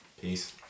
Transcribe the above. Peace